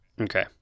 Okay